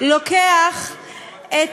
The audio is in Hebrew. לוקח את